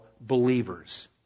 believers